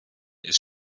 ist